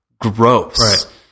gross